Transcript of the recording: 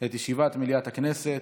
את ישיבת מליאת הכנסת,